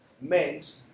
meant